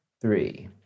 three